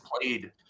played